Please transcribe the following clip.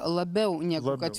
labiau negu kad